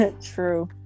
true